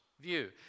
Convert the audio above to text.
view